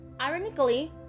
Ironically